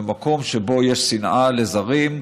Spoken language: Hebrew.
במקום שבו יש שנאה לזרים,